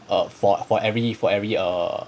uh for for every for every uh